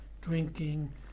drinking